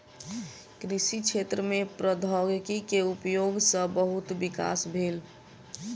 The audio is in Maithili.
कृषि क्षेत्र में प्रौद्योगिकी के उपयोग सॅ बहुत विकास भेल